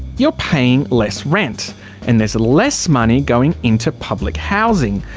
you're paying less rent and there's less money going into public housing.